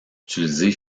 utilisée